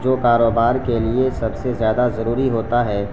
جو کاروبار کے لیے سب سے زیادہ ضروری ہوتا ہے